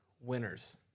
winners